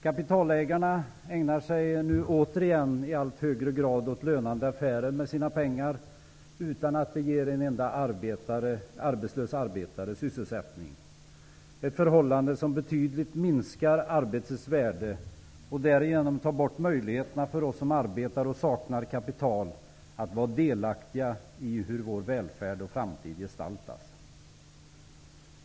Kapitalägarna ägnar sig nu återigen i allt högre grad åt lnande affärer med sina pengar utan att det ger en enda arbetslös arbetare sysselsättning, ett förhållande som betydligt minskar arbetets värde och därigenom tar bort möjligheterna för oss som arbetar och saknar kapital att vara delaktiga i hur vår välfärd och framtid gestaltas.